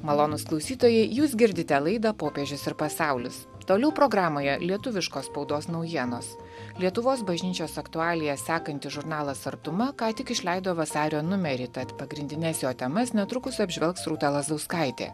malonūs klausytojai jūs girdite laidą popiežius ir pasaulis toliau programoje lietuviškos spaudos naujienos lietuvos bažnyčios aktualijas sekantis žurnalas artuma ką tik išleido vasario numerį tad pagrindines jo temas netrukus apžvelgs rūta lazauskaitė